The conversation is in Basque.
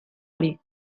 hori